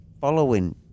following